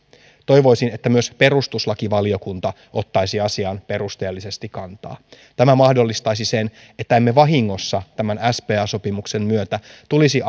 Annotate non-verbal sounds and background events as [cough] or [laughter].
toivoisin että myös perustuslakivaliokunta ottaisi asiaan perusteellisesti kantaa tämä mahdollistaisi sen että emme vahingossa tämän spa sopimuksen myötä tulisi [unintelligible]